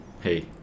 hey